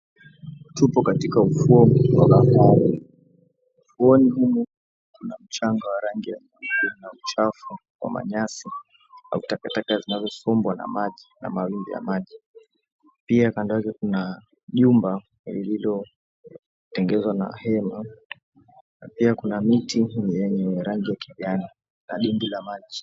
Tupo katika ufuo wa bahari. Ufuoni humu kuna mchanga wa rangi ya nyekundu na uchafu, manyasi au takataka zinazosombwa na mawimbi ya maji. Pia kando yake kuna jumba zilizotengenezwa na hema na pia kuna miti yenye rangi ya kijani na dimbwi la maji.